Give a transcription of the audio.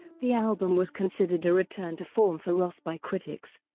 the album was considered a return to form for roth by critics.